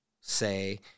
say